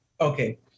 Okay